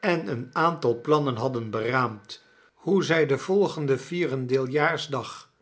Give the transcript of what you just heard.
en een aantal plannen hadden beraamd hoe zij den volgenden vierendeeljaarsdag